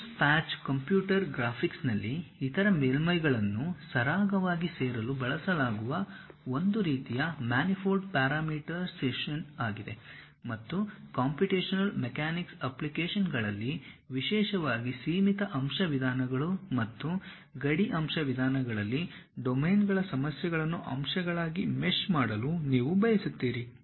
Coons patch computer ಗ್ರಾಫಿಕ್ಸ್ನಲ್ಲಿ ಇತರ ಮೇಲ್ಮೈಗಳನ್ನು ಸರಾಗವಾಗಿ ಸೇರಲು ಬಳಸಲಾಗುವ ಒಂದು ರೀತಿಯ ಮ್ಯಾನಿಫೋಲ್ಡ್ ಪ್ಯಾರಾಮೀಟರೈಸೇಶನ್ ಆಗಿದೆ ಮತ್ತು ಕಂಪ್ಯೂಟೇಶನಲ್ ಮೆಕ್ಯಾನಿಕ್ಸ್ ಅಪ್ಲಿಕೇಶನ್ಗಳಲ್ಲಿ ವಿಶೇಷವಾಗಿ ಸೀಮಿತ ಅಂಶ ವಿಧಾನಗಳು ಮತ್ತು ಗಡಿ ಅಂಶ ವಿಧಾನಗಳಲ್ಲಿ ಡೊಮೇನ್ಗಳ ಸಮಸ್ಯೆಗಳನ್ನು ಅಂಶಗಳಾಗಿ ಮೆಶ್ ಮಾಡಲು ನೀವು ಬಯಸುತ್ತೀರಿ